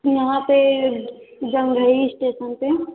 यहाँ पर जंघई स्टेसन पर